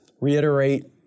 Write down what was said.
reiterate